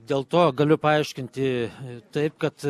dėl to galiu paaiškinti taip kad